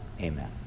Amen